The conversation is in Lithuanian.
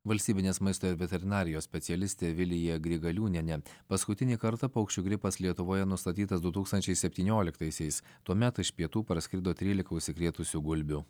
valstybinės maisto ir veterinarijos specialistė vilija grigaliūnienė paskutinį kartą paukščių gripas lietuvoje nustatytas du tūkstančiai septynioliktaisiais tuomet iš pietų parskrido trylika užsikrėtusių gulbių